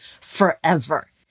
forever